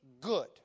good